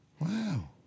Wow